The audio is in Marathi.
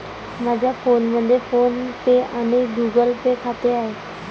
माझ्या फोनमध्ये फोन पे आणि गुगल पे खाते आहे